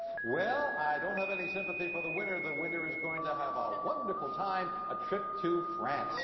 well, i don't have any sympathy for the winner. the winner is going to have a wonderful time, a trip to france